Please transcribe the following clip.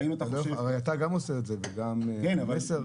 גם אתה הרי עושה את זה וגם חברת מסר.